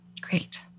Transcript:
Great